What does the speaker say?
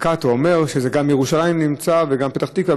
או הוא אומר שזה גם בירושלים וגם בפתח תקווה,